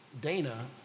Dana